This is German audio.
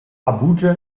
abuja